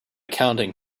counting